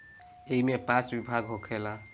ऐइमे पाँच विभाग होखेला